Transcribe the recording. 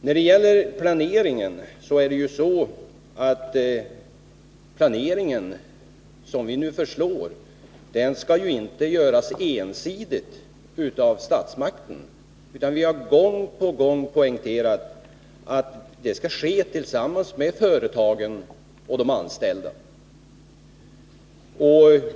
När det gäller planeringen, så skall den planering som vi nu föreslår inte göras ensidigt av statsmakten. Vi har gång på gång poängterat att man skall bedriva planeringsarbetet tillsammans med företagen och de anställda.